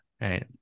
right